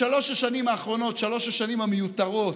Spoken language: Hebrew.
בשלוש השנים האחרונות, שלוש השנים המיותרות,